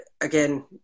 again